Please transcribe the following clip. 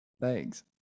Thanks